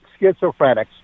schizophrenics